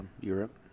Europe